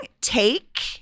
take